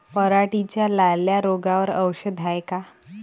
पराटीच्या लाल्या रोगावर औषध हाये का?